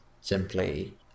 simply